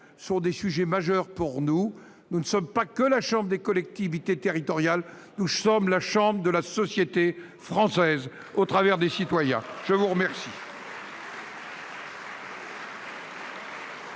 sujets sont majeurs pour nous. Nous ne sommes pas que la chambre des collectivités territoriales, nous sommes la chambre de la société française et des citoyens ! Mes chers